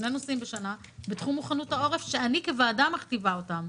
שני נושאים בשנה בתחום מוכנות העורף שאני כוועדה מכתיבה אותם,